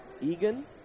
Egan